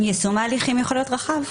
יישום ההליכים יכול להיות רחב.